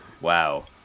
Wow